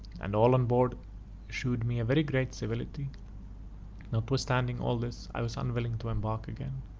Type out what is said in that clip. and all on board shewed me very great civility notwithstanding all this i was unwilling to embark again.